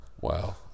Wow